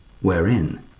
wherein